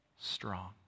strong